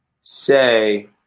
say